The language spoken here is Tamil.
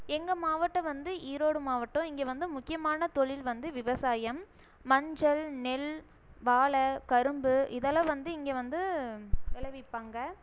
எங்கள் மாவட்டம் வந்து ஈரோடு மாவட்டம் இங்கே வந்து முக்கியமான தொழில் வந்து விவசாயம் மஞ்சள் நெல் வாழை கரும்பு இதெல்லாம் வந்து இங்கே வந்து விளைவிப்பாங்க